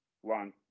one